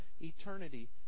Eternity